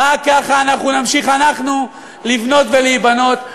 רק ככה אנחנו נמשיך לבנות ולהיבנות.